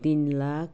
तिन लाख